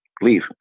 leave